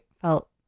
felt